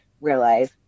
realize